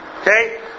Okay